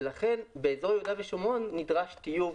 באזור יהודה ושומרון נדרש טיוב